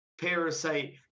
parasite